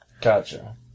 Gotcha